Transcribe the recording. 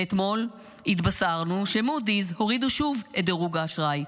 ואתמול התבשרנו שמודי'ס הורידו שוב את דירוג האשראי,